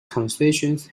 concessions